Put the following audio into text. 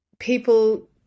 people